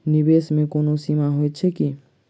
निवेश केँ कोनो सीमा होइत छैक की?